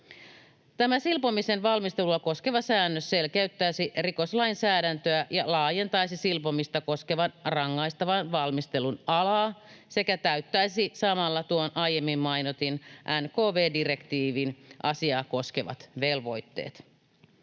silpomisen valmistelua koskeva säännös selkeyttäisi rikoslainsäädäntöä ja laajentaisi silpomista koskevan rangaistavan valmistelun alaa sekä täyttäisi samalla tuon aiemmin mainitun NKV-direktiivin asiaa koskevat velvoitteet.